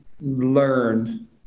learn